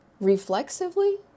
Reflexively